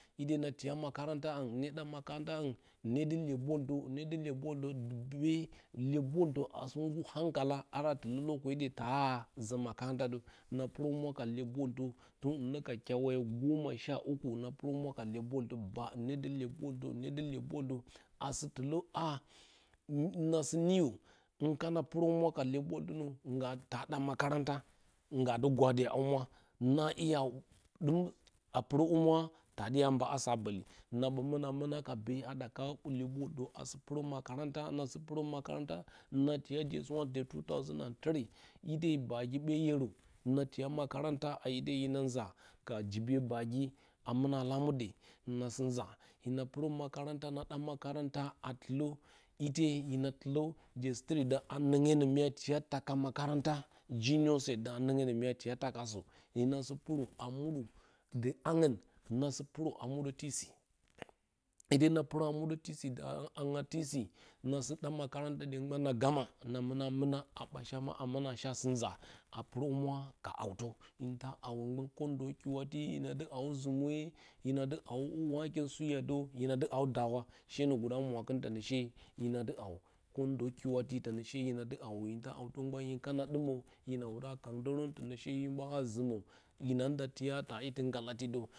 He na tiya makaranta a haungn hɨne əa makaranta a haungn hɨne dɨ iyeb boltə, hɨne dɨ iyeb boltə duwai iyeb bottə a sɨ gur hankala a tilə ite tawa zə makaranta na purə humura ka iyeb boltə hinka kyawaye bow a gonnasha uku na puro humura ka iyeb bo itz ba hɨne du iyeb boltə, hine du iyeb boltə a sɨ dɨlə aha na sɨ mu hin kana purə humwa ka iyeb boltɨnə ta makaranta nga ndɨ gwadi a humura na iya a puro humura ta dɨ mba ase a bol na ɓə muna, muna ka be a əuk iyeb boltə a sɨ puro makaranta a sit puro makaranta nna diya two thousand and three ite bagi ɓe iyero na tiya a ite bina iza ka jibiyə bagi a muna a lamurde nasinga hina sɨ nza na puro makaranta dan makaranta a tɨlə ite hina tɨlə a noingno mya tiya taka haa makaranta i junior set kpaunye da noingno mya diya dakasə hina sɨ puro oi mudə dɨ haung na sɨ purə a muəə ite na puro a muəə garo a hangu a na sɨ əan makaranta de a mbə na muna muna a bashama a muna sha a sɨ na a puro humwa ka hawtə hinda hawi gban ko ndə kiwati hina dɨ hawə, kondə kiwadɨ tonə she hɨnadɨ hawo, hiuta hautition gban hin kana əuma hina wuda. kandors tonə she hinba zumə lina nda tiya da itɨ ngalatɨ də.